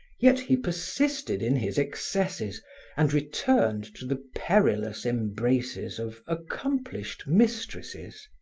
yet he persisted in his excesses and returned to the perilous embraces of accomplished mistresses.